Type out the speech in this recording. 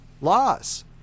laws